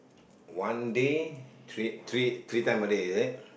one day three three three time a day is it